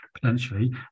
potentially